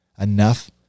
enough